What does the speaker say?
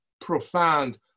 profound